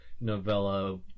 novella